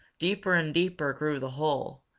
deeper and deeper grew the hole,